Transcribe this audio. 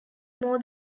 more